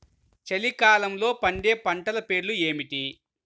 చలికాలంలో పండే పంటల పేర్లు ఏమిటీ?